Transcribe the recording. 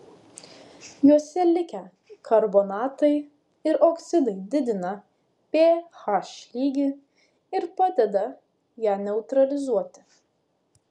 juose likę karbonatai ir oksidai didina ph lygį ir padeda ją neutralizuoti